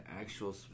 actual